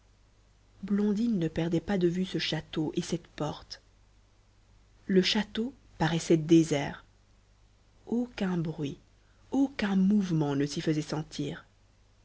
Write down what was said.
blondine ne perdait pas de vue ce château et cette porte le château paraissait désert aucun bruit aucun mouvement ne s'y faisait sentir